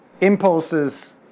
impulses